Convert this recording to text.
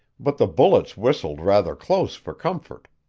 but the bullets whistled rather close for comfort.